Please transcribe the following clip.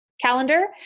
calendar